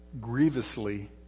grievously